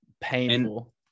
painful